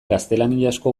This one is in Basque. gaztelaniazko